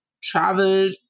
traveled